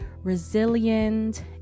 resilient